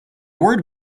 word